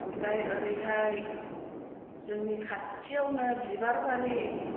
ओमफ्राय ओरैहाय जोंनि खाथियावनो बिबार बारि